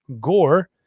Gore